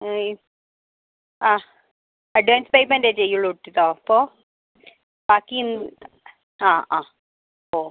ആ അഡ്വാൻസ് പെയ്മെൻ്റേ ചെയ്യുള്ളൂ കേട്ടോ ഇപ്പോൾ ബാക്കി ൻ ആ ആ ഓ